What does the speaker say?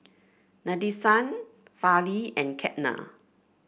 Nadesan Fali and Ketna